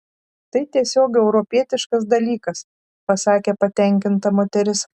tai tiesiog europietiškas dalykas pasakė patenkinta moteris